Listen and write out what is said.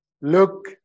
Look